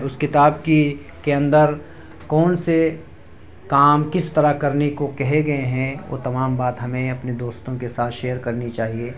اس کتاب کی کے اندر کون سے کام کس طرح کرنے کو کہے گئے ہیں وہ تمام بات ہمیں اپنے دوستوں کے ساتھ شیئر کرنی چاہیے